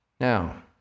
Now